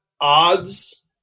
odds